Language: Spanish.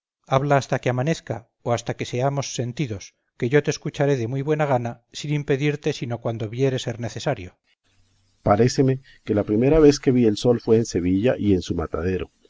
habla hasta que amanezca o hasta que seamos sentidos que yo te escucharé de muy buena gana sin impedirte sino cuando viere ser necesario berganza paréceme que la primera vez que vi el sol fue en sevilla y en su matadero